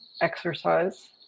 exercise